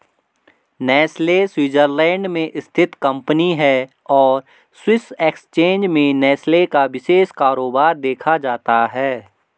Nestle Switzerland में स्थित company है और स्विस एक्सचेंज में नेस्ले का विशेष कारोबार देखा जाता है